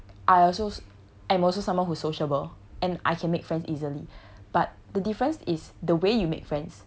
I also am also someone who's sociable and I can make friends easily but the difference is the way you make friends